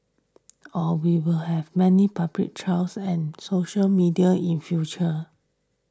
or we will have many public trials and social media in future